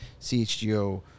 CHGO